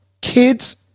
kids